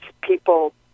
People